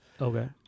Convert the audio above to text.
Okay